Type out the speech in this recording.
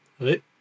Right